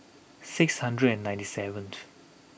six hundred and ninety seventh